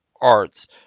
arts